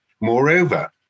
Moreover